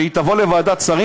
שתבוא לוועדת שרים